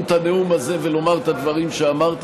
את הנאום הזה ולומר את הדברים שאמרתי.